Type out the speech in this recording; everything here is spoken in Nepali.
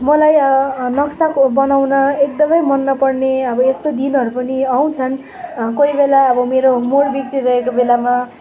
मलाई नक्साको बनाउन एकदमै मन नपर्ने अब यस्तो दिनहरू पनि आउँछन् कोही बेला अब मेरो मुड बिग्रिरहेको बेलामा